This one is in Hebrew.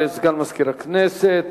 תודה לסגן מזכיר הכנסת.